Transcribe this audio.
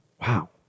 Wow